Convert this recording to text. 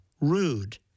rude